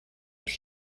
has